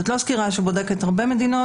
זאת לא סקירה שבודקת הרבה מדינות,